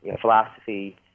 philosophy